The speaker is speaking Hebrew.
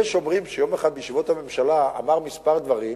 יש אומרים שיום אחד בישיבת הממשלה הוא אמר כמה דברים,